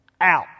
out